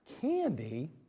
Candy